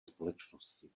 společnosti